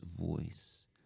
voice